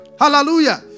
Hallelujah